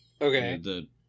Okay